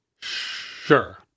Sure